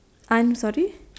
I'm sorry